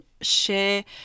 share